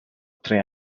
tre